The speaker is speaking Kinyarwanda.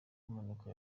impanuka